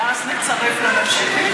ואז נצרף את זה לממשלתית?